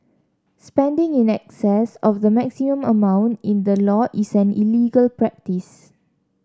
spending in excess of the maximum amount in the law is an illegal practice